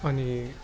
अनि